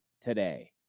today